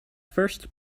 first